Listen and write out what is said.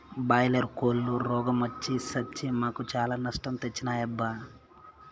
boiler కోల్లు రోగ మొచ్చి సచ్చి మాకు చాలా నష్టం తెచ్చినాయబ్బా